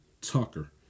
Tucker